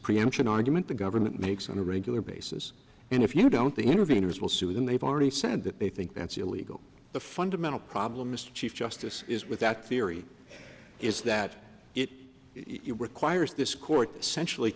preemption argument the government makes on a regular basis and if you don't the interveners will sue them they've already said that they think that's illegal the fundamental problem mr chief justice is with that theory is that it requires this court essentially